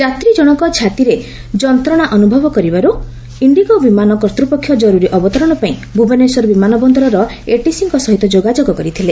ଯାତ୍ରୀ ଜଶକ ଛାତିରେ ଯନ୍ତଶା ଅନୁଭବ କରିବାରୁ ଇଣ୍ଡିଗୋ ବିମାନ କର୍ଭ୍ରପକ୍ଷ ଜରୁରୀ ଅବତରଣପାଇଁ ଭୁବନେଶ୍ୱର ବିମାନା ବନ୍ଦରର ଏଟିସିଙ୍କ ସହିତ ଯୋଗାଯୋଗ କରିଥିଲେ